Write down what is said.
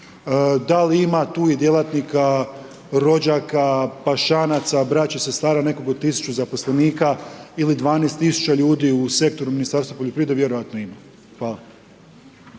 Da li ima tu i djelatnika, rođaka, pašanaca, braće, sestara nekog od tisuću zaposlenika ili 12 tisuća ljudi u sektoru Ministarstva poljoprivrede, vjerojatno ima. Hvala.